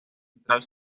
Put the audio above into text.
central